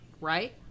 right